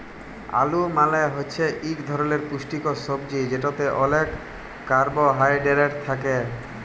আলু মালে হছে ইক ধরলের পুষ্টিকর ছবজি যেটতে অলেক কারবোহায়ডেরেট থ্যাকে